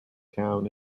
town